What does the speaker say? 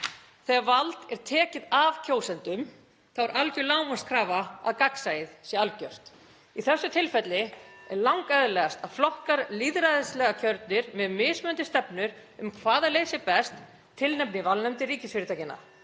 Þegar vald er tekið af kjósendum er algjör lágmarkskrafa að gagnsæið sé algjört. Í þessu tilfelli er langeðlilegast að flokkar, lýðræðislega kjörnir með mismunandi stefnur um hvaða leið sé best, tilnefni í valnefndir ríkisfyrirtækjanna.